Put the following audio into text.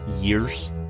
years